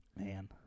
Man